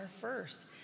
first